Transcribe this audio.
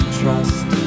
trust